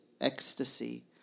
ecstasy